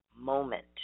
moment